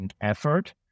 effort